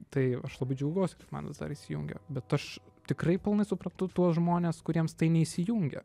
tai aš labai džiaugiuosi kad man vis dar įsijungia bet aš tikrai pilnai suprantu tuos žmones kuriems tai neįsijungia